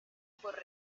por